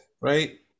right